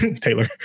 Taylor